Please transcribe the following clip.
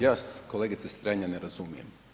Ja vas kolegice Strenja ne razumijem.